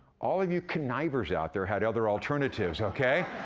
all of you connivers out there had other alternatives, okay?